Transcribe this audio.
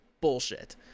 bullshit